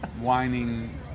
whining